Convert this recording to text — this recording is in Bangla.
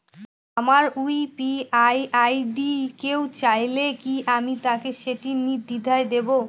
আমার ইউ.পি.আই আই.ডি কেউ চাইলে কি আমি তাকে সেটি নির্দ্বিধায় দেব?